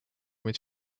mitt